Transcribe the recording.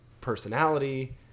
personality